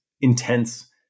intense